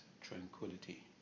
tranquility